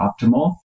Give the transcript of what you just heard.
optimal